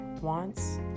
wants